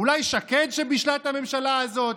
אולי שקד בישלה את הממשלה הזאת,